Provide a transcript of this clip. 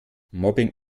mobbing